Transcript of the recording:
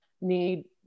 need